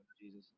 Jesus